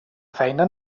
feina